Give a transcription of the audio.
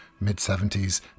Mid-70s